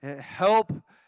Help